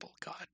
God